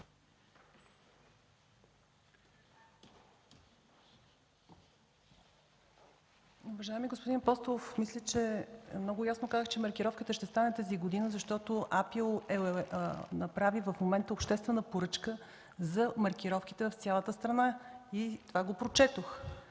Уважаеми господин Апостолов, мисля, че много ясно казах, че маркировката ще стане тази година, защото АПИ направи в момента обществена поръчка за маркировките в цялата страна и това го прочетох.